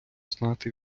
знати